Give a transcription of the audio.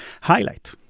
highlight